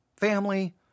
family